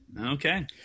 Okay